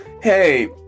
hey